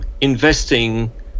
investing